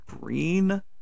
green